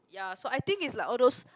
ya so I think it's like all those